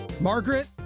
Margaret